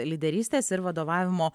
lyderystės ir vadovavimo